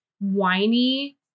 whiny